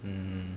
mm